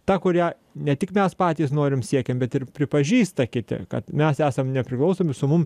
ta kurią ne tik mes patys norim siekiam bet ir pripažįsta kiti kad mes esam nepriklausomi su mum